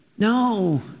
No